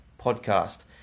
podcast